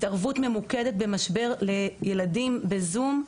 התערבות ממוקדת במשבר לילדים, בזום.